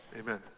Amen